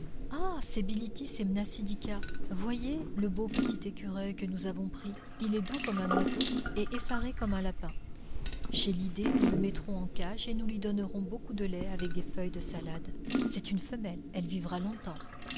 ah c'est bilitis et mnasidika voyez le beau petit écureuil que nous avons pris il est doux comme un oiseau et effaré comme un lapin chez lydé nous le mettrons en cage et nous lui donnerons beaucoup de lait avec des feuilles de salade c'est une femelle elle vivra longtemps